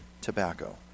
tobacco